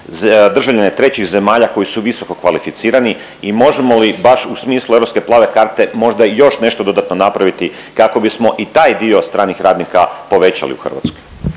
državljane trećih zemalja koji su visokokvalificirani i možemo li ih baš u smislu europske plave karte možda još nešto dodatno napraviti kako bismo i taj dio stranih radnika povećali u Hrvatskoj?